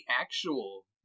actual